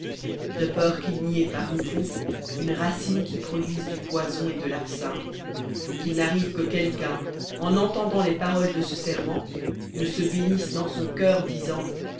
de peur qu'il n'y ait parmi vous une racine qui produise du poison et de labsinthe et qu'il n'arrive que quelqu'un en entendant les paroles de ce serment ne se bénisse dans son cœur disant